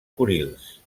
kurils